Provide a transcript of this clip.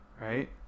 Right